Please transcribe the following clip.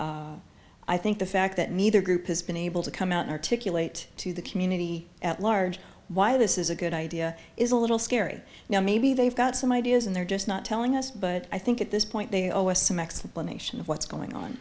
sense i think the fact that neither group has been able to come out articulate to the community at large why this is a good idea is a little scary now maybe they've got some ideas and they're just not telling us but i think at this point they owe us some explanation of what's going on